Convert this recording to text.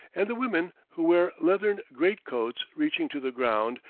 and the women, who wear leathern great-coats reaching to the ground,